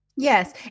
Yes